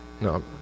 no